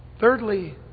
thirdly